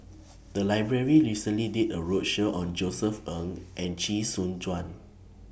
The Library recently did A roadshow on Josef Ng and Chee Soon Juan